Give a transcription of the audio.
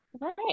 right